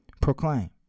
Proclaim